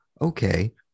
okay